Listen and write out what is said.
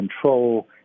control